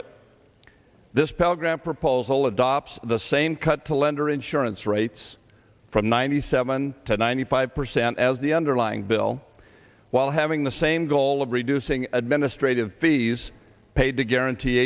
it this program proposal adopts the same cut to lender insurance rates from ninety seven to ninety five percent as the underlying bill while having the same goal of reducing administrative fees paid to guarant